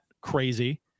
crazy